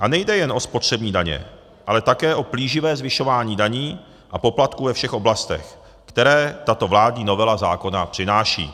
A nejde jen o spotřební daně, ale také o plíživé zvyšování daní a poplatků ve všech oblastech, které tato vládní novela zákona přináší.